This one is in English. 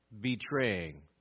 betraying